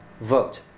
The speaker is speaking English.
vote